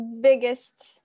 biggest